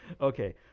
Okay